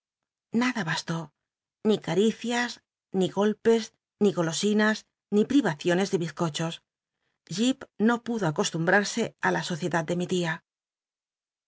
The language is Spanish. nada bastó ni cal'icias ni gol pes ni golosinas ni pl'ivacioncs de bizcochos jip no pudo acostumbt use ti la sociedad de mi lia